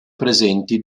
presenti